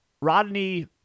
Rodney